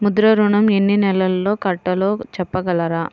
ముద్ర ఋణం ఎన్ని నెలల్లో కట్టలో చెప్పగలరా?